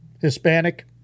Hispanic